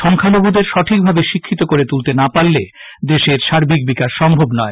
সংখ্যালঘুদের সঠিকভাবে শিক্ষিত করে না তুলতে পারলে দেশের সার্বিক বিকাশ সম্ভব নয়